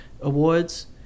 awards